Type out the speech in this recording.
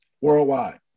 worldwide